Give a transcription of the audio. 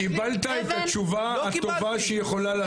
קבלת את התשובה הטובה שהיא יכולה לתת.